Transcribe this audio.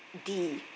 D